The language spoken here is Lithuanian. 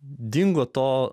dingo to